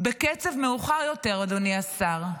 בקצב מאוחר יותר, אדוני השר.